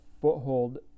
foothold